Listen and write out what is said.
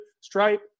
Stripe